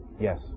Yes